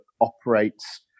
operates